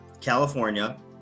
California